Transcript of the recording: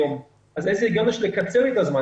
אז איזה היגיון יש לקצר לי את הזמן?